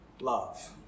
love